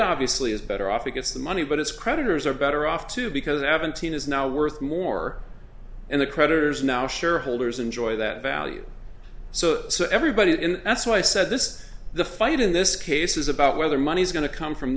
it obviously is better off it gets the money but its creditors are better off too because evan teen is now worth more and the creditors now shareholders enjoy that value so so everybody and that's why i said this the fight in this case is about whether money is going to come from